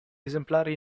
esemplari